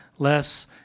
less